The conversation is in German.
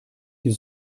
die